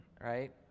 right